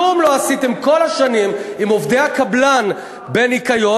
כלום לא עשיתם כל השנים עם עובדי הקבלן בניקיון.